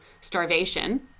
starvation